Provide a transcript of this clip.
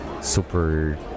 super